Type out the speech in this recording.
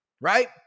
right